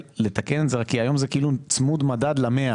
לתקן את זה כי היום זה כאילו צמוד מדד ל-100,